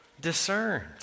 discerned